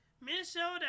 Minnesota